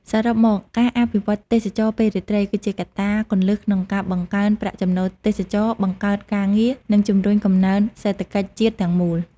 សរុបមក ការអភិវឌ្ឍទេសចរណ៍ពេលរាត្រីគឺជាកត្តាគន្លឹះក្នុងការបង្កើនប្រាក់ចំណូលទេសចរណ៍ បង្កើតការងារ និងជំរុញកំណើនសេដ្ឋកិច្ចជាតិទាំងមូល។